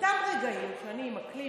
באותם רגעים שאני עם הקליפס,